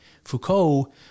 Foucault